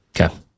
Okay